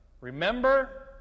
Remember